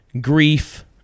grief